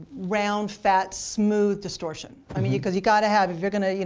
round, fat, smooth distortion. i mean, because you got to have it. if you going to, you